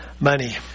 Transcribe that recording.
money